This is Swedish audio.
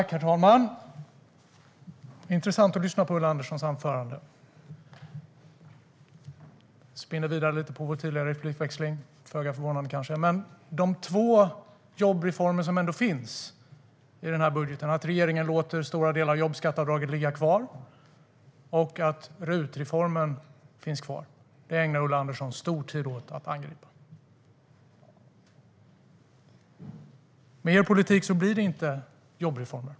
Herr talman! Det var intressant att lyssna på Ulla Anderssons anförande. Jag spinner vidare lite på vår tidigare replikväxling. De två jobbreformer som finns i budgeten - att regeringen låter stora delar av jobbskatteavdraget ligga kvar och att RUT-reformen finns kvar - ägnar Ulla Andersson mycket tid åt att angripa. Med er politik blir det inte jobbreformer.